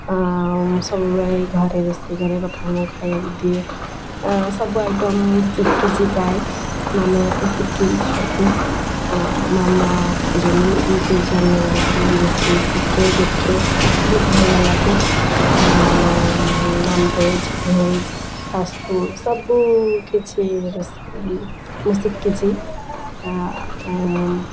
ଆଉ ସବୁବେଳେ ଘରେ ରୋଷେଇ କରେ ବାପା ମାଆଙ୍କୁ ଖାଇବାକୁ ଦିଏ ସବୁ ଆଇଟମ୍ ଶିଖିଛି ପ୍ରାୟେ ମାମା ମୋତେ ଶିକେଇଛନ୍ତି ଆଉ ମାମା ଶିକେଇଛନ୍ତି ମୁଁ ୟୁଟ୍ୟୁବ୍ ଚ୍ୟାନେଲ୍ରେ ବି ରୋଷେଇ ଶିଖେ ଦେଖେ ବହୁତ ଭଲ ଲାଗେ ଆଉ ନନ୍ଭେଜ୍ ଭେଜ୍ ଫାର୍ଷ୍ଟ୍ ଫୁଡ଼୍ ସବୁ କିଛି ରୋଷେଇ ମୁଁ ଶିଖିଛି ଆଉ